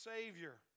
Savior